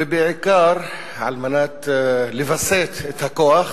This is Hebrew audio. ובעיקר על מנת לווסת את הכוח